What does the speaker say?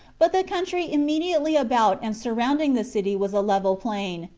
but the country immediately about and surrounding the city was a level plain,